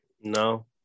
No